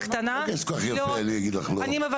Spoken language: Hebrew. את מבקשת כל כך יפה אני אגיד לך לא?